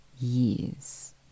years